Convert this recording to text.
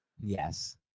Yes